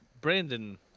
Brandon